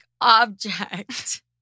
object